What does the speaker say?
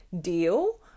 deal